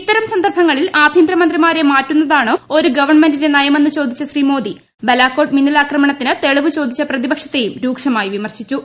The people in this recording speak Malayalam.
ഇത്തരം സന്ദർഭങ്ങളിൽ ആഭ്യന്തരമന്ത്രിമാട്ട്രി്ക് ് മാറ്റുന്നതാണോ ഒരു ഗവൺമെന്റിന്റെ നയമെന്ന് ച്ചേദ്രിച്ച് ശ്രീ മോദി ബലാക്കോട്ട് മിന്നാലാക്രമണത്തിന് ത്രുളിപ്പ് ചോദിച്ച പ്രതിപക്ഷത്തെയും രൂക്ഷമായി വിമർശിച്ചു